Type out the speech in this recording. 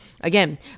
Again